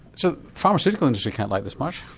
so pharmaceutical industry can't like this much.